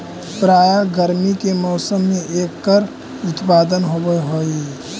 प्रायः गर्मी के मौसम में एकर उत्पादन होवअ हई